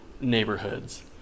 neighborhoods